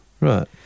Right